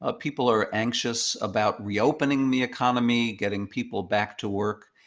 ah people are anxious about reopening the economy, getting people back to work.